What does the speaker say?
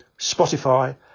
Spotify